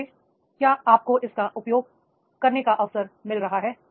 दू सरे क्या आपको इसका उपयोग करने का अवसर मिल रहा है